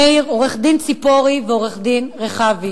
מאיר, עורך-דין ציפורי ועורך-דין רחבי.